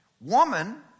Woman